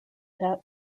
point